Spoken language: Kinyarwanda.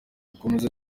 akomeza